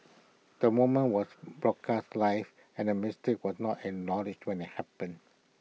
the moment was broadcast live and the mistake was not acknowledged when IT happened